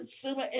consumer